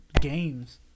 games